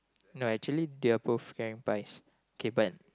no actually they approve carrying pies k but